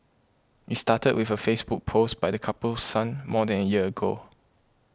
it started with a Facebook post by the couple's son more than a year ago